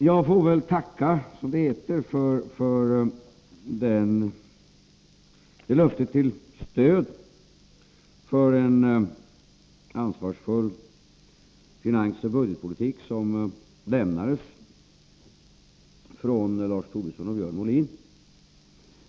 Jag får väl tacka för det löfte om stöd för en ansvarsfull finansoch budgetpolitik som lämnades av Lars Tobisson och Björn Molin.